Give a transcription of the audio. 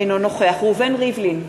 אינו נוכח ראובן ריבלין,